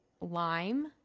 lime